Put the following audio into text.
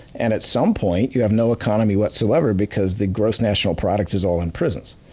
and at some point you have no economy whatsoever because the gross national product is all in prisons.